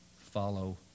follow